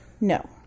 No